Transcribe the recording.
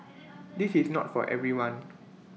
this is not for everyone